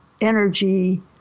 energy